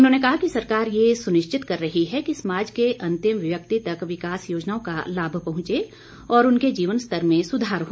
उन्होंने कहा कि सरकार ये सुनिश्चित कर रही है कि समाज के अंतिम व्यक्ति तक विकास योजनाओं का लाभ पहंचे और उनके जीवन स्तर में सुधार हो